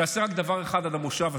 תעשה רק דבר אחד עד המושב הזה: